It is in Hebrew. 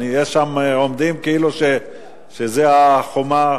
שם עומדים כאילו שזה החומה.